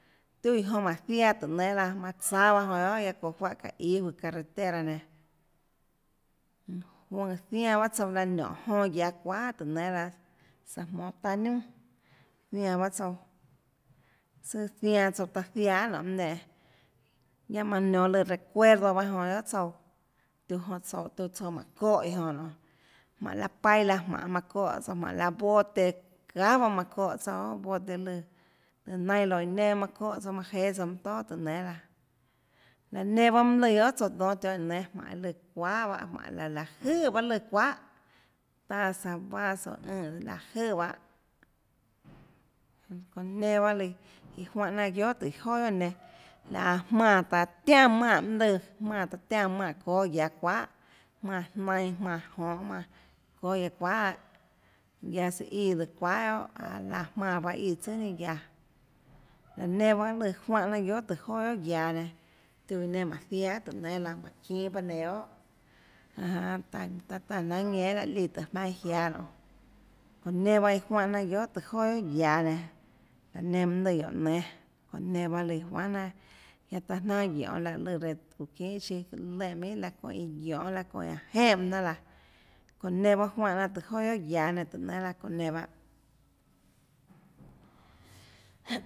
Tiuã ã jonã mánhå ziaã tùhå nénâ laã manã tsáâ pahâ jonã guiohà guiaâ çounã juáhã íâ juøå carretera nenã zianã tsouã laå niónhå jonã guiaå çuahàtùhå nénâ laã saã jmonå taâ niunà zianã bahâ tsouã sùà zianã tsouã taã ziaã guiohà nonê mønâ nenè guiaâ manã nionå lùã recuerdo pahâ jonã guiohà tsouã tiuã jonã tiuã tsouã mánhå çóhã iã jonã nionê jmánhå laã paila jmánhå manã çóhã tsouã jmánhå laã bote çahà jonã baâ manã çóhã tsouã guiohà bote lùã lùã nailo iã nenã bahâ manã çóhã tsouã manãjéâ tsouã mønã tóà tùhå nénâ laã laã nenã bahâ mønâ lùã guiohà tsøã dónâ mønâ tionhâ guióå nénâ jmánhå ã lùã çuahà pahâ jmánhå bahâ láhå jøè bahâ lùã çuahà taza vaso ùnhå tsøã láhå jùè bahâ jonã çounã nenã bahã lùã juánhå jnanà guiohà tùhå joà guiohà iã nenã laå jmánã taã tiánã manè mønâ lùã jmánã taã tiánã manè çóâ guía çuahà jmánã jnainã jmánã jonhå jmánã çóâ guiaå çuahà lahâ guiaå søã íã lùã çuahà paâ guiohà çaå laã jmánã baâ íã tsùà ninâ guiaå laã nenã bahâ lùã juánhã jnanà tùhå joà guiohà guiaå nenã taã nenã jmánhå ziaã guiohà tùhå nénâ laã mánhå çínâbaâ nenã guiohà janå jánâ taã taã jnanhà ñenân láhã líã tùhå jmaønâ iâ jiáâ nionê çounã nenã bahâ lù juánhã jnanà tùhå joà guiohà guiaå nenãlaã nenã mønâ lùã guióå nénâ çounã nenã bahâ lùã juánhàjnanà guiaâ taã jnanà guionê láhå lùã reã çuuã çinhàsiâlénhã minhà laå çónhå iã guionê laã çónhã iã jenè baâ jnanà laã çounã nenã bahâ juánhã jnanà tùhå joà guiohà guiaå tùhå nénâ laã çounã nenã bahâ